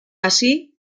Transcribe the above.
así